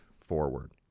forward